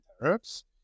herbs